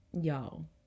y'all